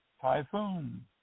typhoon